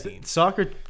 soccer